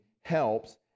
helps